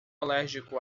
alérgico